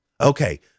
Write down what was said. Okay